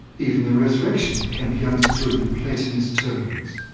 even the resurrection can be understood in platonist terms.